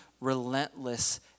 relentless